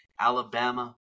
Alabama